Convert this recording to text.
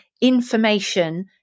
information